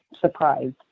surprised